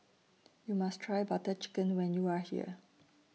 YOU must Try Butter Chicken when YOU Are here